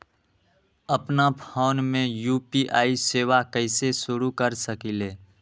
अपना फ़ोन मे यू.पी.आई सेवा कईसे शुरू कर सकीले?